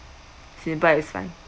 simple is one